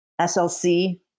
slc